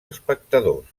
espectadors